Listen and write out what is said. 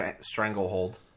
Stranglehold